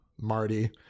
Marty